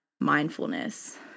mindfulness